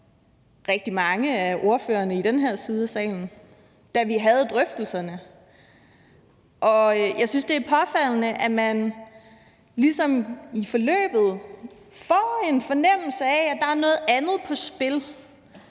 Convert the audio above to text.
rigtig mange af ordførerne i den her side af salen, da vi havde drøftelserne. Og jeg synes, det er påfaldende, at man ligesom i forløbet får en fornemmelse af, at der er noget andet på spil